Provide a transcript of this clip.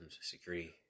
security